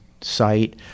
site